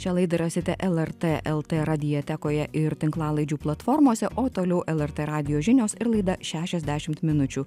šią laidą rasite lrt lt radiotekoje ir tinklalaidžių platformose o toliau lrt radijo žinios ir laida šešiasdešimt minučių